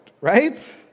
right